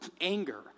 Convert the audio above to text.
anger